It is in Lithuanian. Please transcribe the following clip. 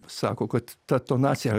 sako kad ta tonacija